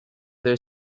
their